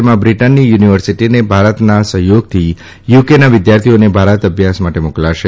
તેમાં બ્રિટનની યુનીવર્સીટીને ભારતના સહયોગથી યુકેના વિદ્યાર્થીઓને ભારત અભ્યાસ માટે મોકલાશે